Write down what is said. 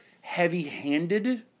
heavy-handed